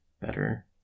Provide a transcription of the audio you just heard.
better